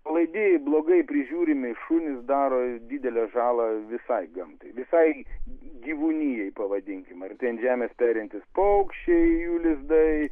palaidi blogai prižiūrimi šunys daro didelę žalą visai gamtai visai gyvūnijai pavadinkim ar ten ant žemės perintys paukščiai jų lizdai